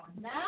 now